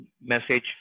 message